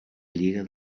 lliga